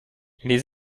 les